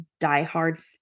diehard